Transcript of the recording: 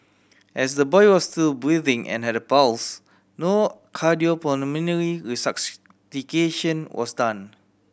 as the boy was still breathing and had a pulse no cardiopulmonary resuscitation was done